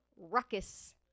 ruckus